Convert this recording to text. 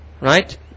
Right